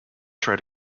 try